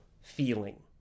feeling